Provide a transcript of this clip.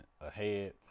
ahead